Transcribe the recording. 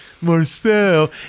Marcel